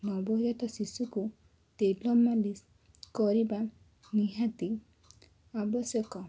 ନବଜାତ ଶିଶୁକୁ ତେଲ ମାଲିସ୍ କରିବା ନିହାତି ଆବଶ୍ୟକ